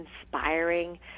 inspiring